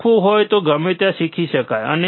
શીખવું હોય તો ગમે ત્યાં શીખી શકાય છે